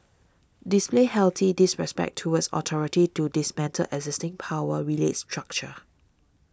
display healthy disrespect towards authority to dismantle existing power relates structure